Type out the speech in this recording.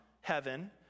heaven